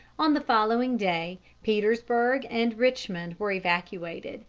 on the following day petersburg and richmond were evacuated,